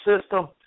system